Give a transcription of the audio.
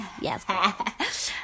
Yes